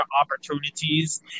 opportunities